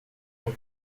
com